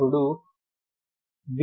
అప్పుడు vivj vi